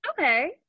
Okay